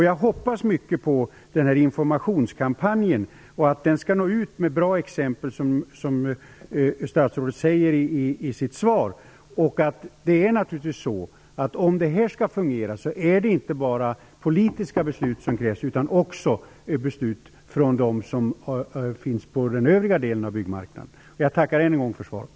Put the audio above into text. Jag hoppas mycket på att informationskampanjen skall nå ut med bra exempel, som statsrådet säger i sitt svar. För att det skall fungera krävs inte bara politiska beslut utan också beslut från dem som finns inom den övriga delen av byggmarknaden. Jag tackar än en gång för svaret.